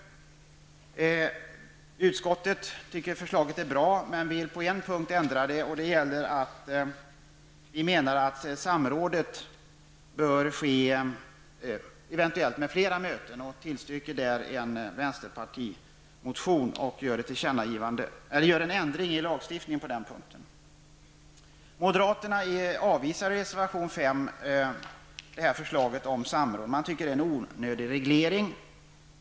Utskottet tycker att förslaget är bra men vill på en punkt ändra det. Vi menar från utskottsmajoriteten att samråd bör ske med flera möten och tillstyrker där en vänsterpartimotion. Vi föreslår en ändring av lagen på den punkten. Moderaterna avvisar i reservation 5 förslaget om samråd. De tycker att det innebär en onödig reglering.